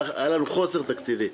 היה לנו חוסר תקציבי.